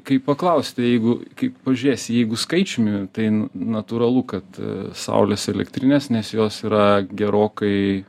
kaip paklausti jeigu kaip pažiūrėsi jeigu skaičiumi tai natūralu kad saulės elektrinės nes jos yra gerokai